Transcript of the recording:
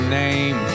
name